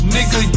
Nigga